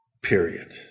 period